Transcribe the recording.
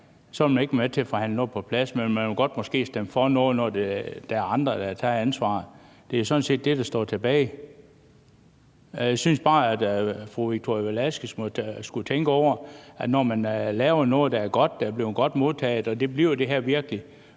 så vil man ikke være med til at forhandle noget på plads, men man vil måske godt stemme for noget, når der er andre, der har taget ansvaret. Det er sådan set det, der står tilbage. Jeg synes bare, at fru Victoria Velasquez skulle tænke over, at når man laver noget, der er godt, og som er blevet godt modtaget, og det bliver det her virkelig